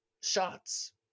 shots